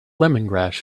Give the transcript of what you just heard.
lemongrass